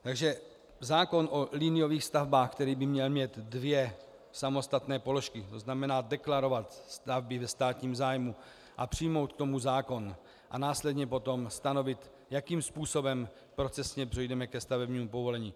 Takže zákon o liniových stavbách, který by měl mít dvě samostatné položky, to znamená deklarovat stavby ve státním zájmu a přijmout k tomu zákon a následně potom stanovit, jakým způsobem procesně přejdeme ke stavebnímu povolení.